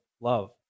Love